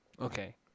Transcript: Okay